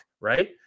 Right